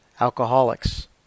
alcoholics